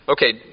Okay